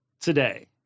today